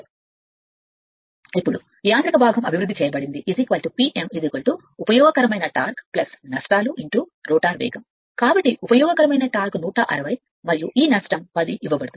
ఇప్పుడు యాంత్రిక భాగం అభివృద్ధి చేయబడింది P m ఉపయోగకరమైన టార్క్ నష్టాలు రోటర్ వేగం కాబట్టి ఉపయోగకరమైన టార్క్ 160 మరియు ఈ నష్టం 10 ఇవ్వబడుతుంది